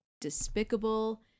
despicable